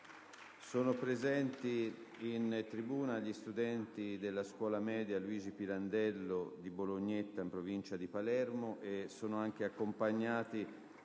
Sono presenti in tribuna gli studenti della Scuola media statale «Luigi Pirandello» di Bolognetta, in provincia di Palermo, accompagnati